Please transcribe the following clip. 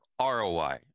ROI